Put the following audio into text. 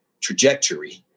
trajectory